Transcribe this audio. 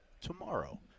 tomorrow